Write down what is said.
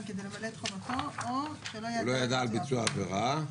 כדי למלא את חובתו או שלא ידע על ביצוע העבירה.